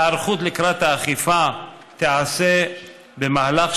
ההיערכות לקראת האכיפה תיעשה במהלך